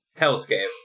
hellscape